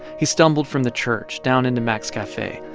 he stumbled from the church down into mack's cafe,